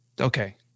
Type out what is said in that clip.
Okay